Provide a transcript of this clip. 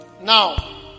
now